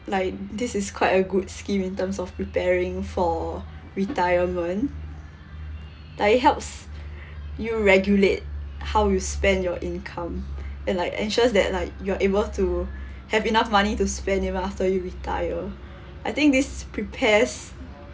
like this is quite a good scheme in terms of preparing for retirement like it helps you regulate how you spend your income and like ensures that like you're able to have enough money to spend even after you retire I think this prepares